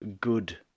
good